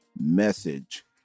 message